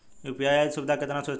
UPI सुविधा केतना सुरक्षित ह?